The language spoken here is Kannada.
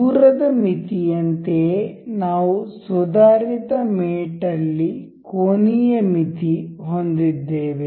ದೂರದ ಮಿತಿಯಂತೆಯೇ ನಾವು ಸುಧಾರಿತ ಮೇಟ್ ಅಲ್ಲಿ ಕೋನೀಯ ಮಿತಿ ಹೊಂದಿದ್ದೇವೆ